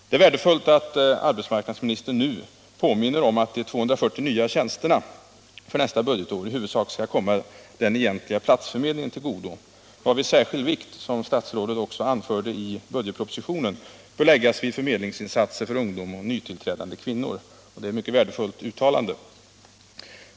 Det är värdefullt att arbetsmarknadsministern nu påminner om att de 240 nya tjänsterna för nästa budgetår i huvudsak skall komma den egentliga platsförmedlingen till godo, varvid särskild vikt, som statsrådet också anförde i budgetpropositionen, bör läggas vid förmedlingsinsatser för ungdom och nytillträdande kvinnor. Det är ett mycket värdefullt uttalande.